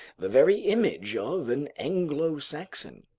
the very image of an anglo-saxon.